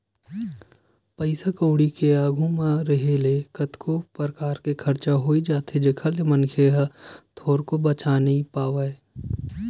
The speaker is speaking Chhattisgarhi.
पइसा कउड़ी के आघू म रेहे ले कतको परकार के खरचा होई जाथे जेखर ले मनखे ह थोरको बचा नइ पावय